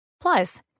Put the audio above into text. Plus